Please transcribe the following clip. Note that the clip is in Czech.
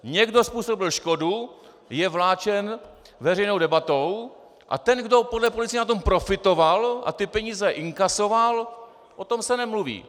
Někdo způsobil škodu, je vláčen veřejnou debatou a ten, kdo podle policie na tom profitoval a ty peníze inkasoval, o tom se nemluví.